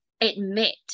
admit